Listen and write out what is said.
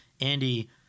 Andy